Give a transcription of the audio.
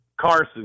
Carson